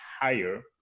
higher